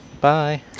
Bye